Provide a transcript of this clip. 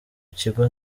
kigo